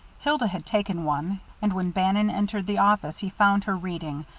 hilda had taken one, and when bannon entered the office he found her reading,